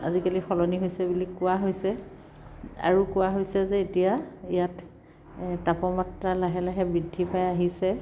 আজিকালি সলনি হৈছে বুলি কোৱা হৈছে আৰু কোৱা হৈছে যে এতিয়া ইয়াত তাপমাত্ৰা লাহে লাহে বৃদ্ধি পাই আহিছে